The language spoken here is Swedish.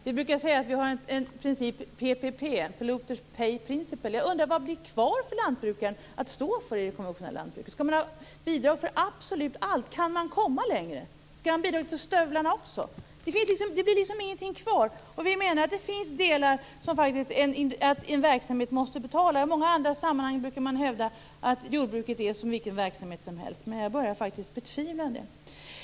Vi brukar tala om principen PPP, dvs. polluters pay principle. Jag undrar vad som blir kvar i det konventionella lantbruket som lantbrukaren själv skall stå för. Skall han ha bidrag för absolut allt? Kan man komma längre? Skall han ha bidrag till stövlarna också? Det blir ingenting kvar. Vi menar att det finns delar som en verksamhet måste betala. I många andra sammanhang brukar man hävda att jordbruket är som vilken verksamhet som helst, men jag börjar betvivla det.